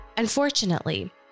Unfortunately